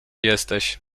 jesteś